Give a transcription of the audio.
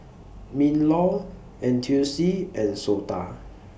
MINLAW N T U C and Sota